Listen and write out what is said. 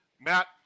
Matt